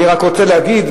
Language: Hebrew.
אני גם רוצה להגיד,